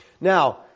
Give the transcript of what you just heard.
Now